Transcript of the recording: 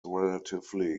relatively